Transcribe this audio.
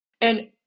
And-